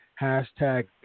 Hashtag